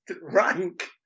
rank